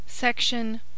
Section